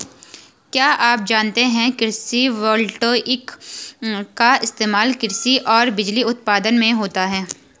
क्या आप जानते है कृषि वोल्टेइक का इस्तेमाल कृषि और बिजली उत्पादन में होता है?